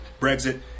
Brexit